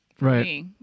right